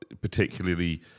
Particularly